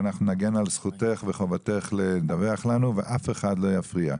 ואנחנו נגן על זכותך וחובתך לדווח לנו ואף אחד לא יפריע.